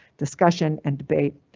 discussion, and debate,